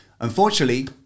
Unfortunately